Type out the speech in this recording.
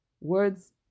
Words